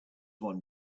one